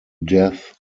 death